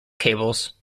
cables